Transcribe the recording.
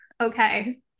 okay